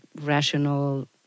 rational